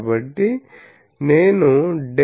కాబట్టి నేను ∇